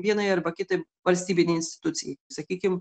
vienai arba kitai valstybinei institucijai sakykim